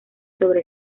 sobre